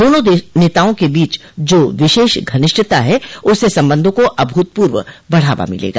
दोनों नेताओं के बीच जो विशेष घनिष्टता है उससे संबंधों को अभूतपूर्व बढ़ावा मिलेगा